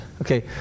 Okay